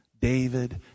David